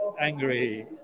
angry